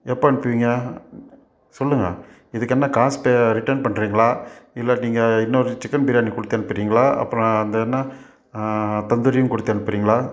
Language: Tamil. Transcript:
எப்போ அனுப்புவீங்க சொல்லுங்க இதுக்கு என்ன காசு பே ரிட்டன் பண்ணுறீங்களா இல்லை நீங்கள் இன்னொரு சிக்கன் பிரியாணி கொடுத்தனுப்புறீங்களா அப்புறோம் அந்த என்ன தந்தூரியும் கொடுத்தனுப்புறீங்களா